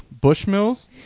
Bushmills